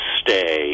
stay